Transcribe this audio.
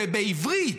בעברית,